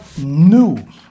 new